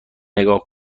نگاه